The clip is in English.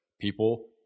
people